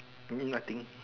I mean nothing